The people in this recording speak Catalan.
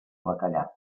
bacallà